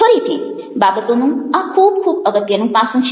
ફરીથી બાબતોનું આ ખૂબ ખૂબ અગત્યનું પાસું છે